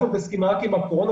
אנחנו מתעסקים רק עם הקורונה,